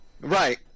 Right